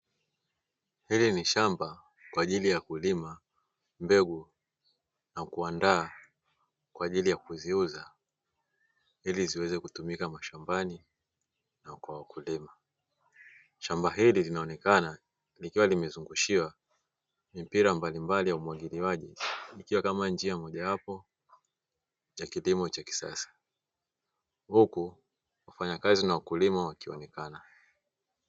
Hili ni shamba kwa ajili ya kulima mbegu na kuandaa kwa ajili ya kuziuza ili ziweze kutumika mashambani nna kwa wakulima. Shamba hili linaonekana likiwa limezungushiwa mipira mbalimbali ya umwagiliaji ikiwa kama njia mojawapo ya kilimo cha kisasa huku wafanyakazi na wakulima wakionekana.